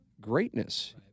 greatness